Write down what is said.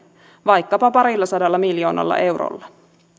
vaikkapa parillasadalla miljoonalla eurolla